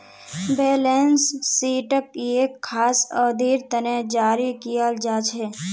balance शीटक एक खास अवधिर तने जारी कियाल जा छे